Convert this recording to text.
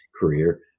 career